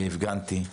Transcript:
הפגנתי,